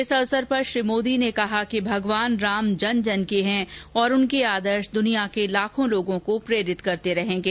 इस अवसर पर श्री मोदी ने कहा कि भगवान राम जन जन के हैं और उनके आदर्श दुनिया के लाखों लोगों को प्रेरित करते रहेंगे